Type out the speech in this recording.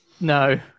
No